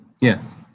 yes